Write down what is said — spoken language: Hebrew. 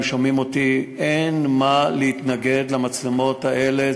הם שומעים אותי: אין מה להתנגד למצלמות האלה.